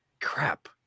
crap